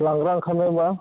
लांग्रा ओंखारोबा